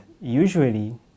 usually